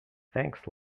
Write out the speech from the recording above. thanks